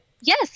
yes